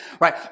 Right